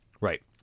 Right